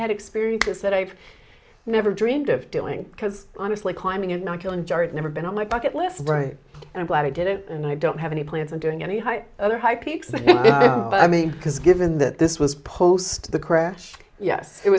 had experiences that i never dreamed of doing because honestly climbing and not killing jar it never been on my bucket list right and i'm glad i did it and i don't have any plans on doing any height other high peaks but i mean because given that this was post the crash yes it